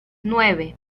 nueve